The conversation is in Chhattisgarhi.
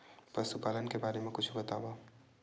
पशुपालन के बारे मा कुछु बतावव?